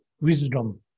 wisdom